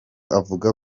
avuga